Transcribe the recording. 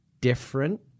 different